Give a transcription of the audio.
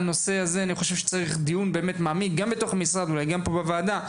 אני חושב שצריך בנושא הזה דיון מעמיק גם בתוך המשרד וגם פה בוועדה,